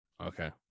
Okay